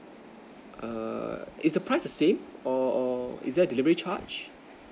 err is the price the same or or is there a delivery charge